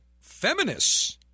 feminists